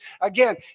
Again